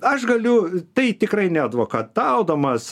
aš galiu tai tikrai neadvokataudamas